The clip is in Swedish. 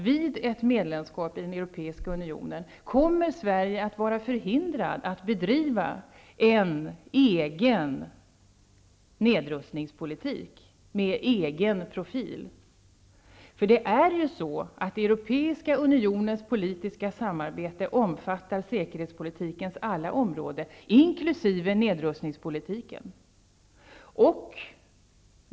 Vid ett medlemskap i den europeiska unionen kommer Sverige att vara förhindrat att bedriva en nedrustningspolitik med egen profil. Europeiska unionens politiska samarbete omfattar säkerhetspolitikens alla områden, inkl. nedrustningspolitiken.